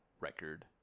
record